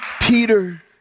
Peter